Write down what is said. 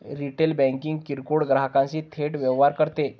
retail banking किरकोळ ग्राहकांशी थेट व्यवहार करते